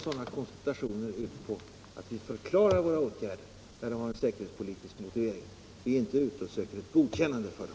Sådana kontakter går ut på att vi förklarar våra åtgärder när de har en säkerhetspolitisk motivering. Vi är inte ute och söker ett godkännande av dem.